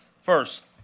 First